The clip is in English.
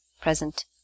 present